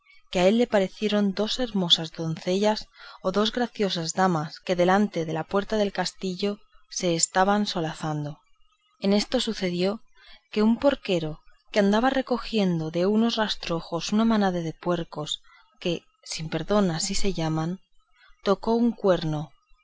que a él le parecieron dos hermosas doncellas o dos graciosas damas que delante de la puerta del castillo se estaban solazando en esto sucedió acaso que un porquero que andaba recogiendo de unos rastrojos una manada de puercos que sin perdón así se llaman tocó un cuerno